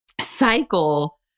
cycle